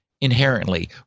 inherently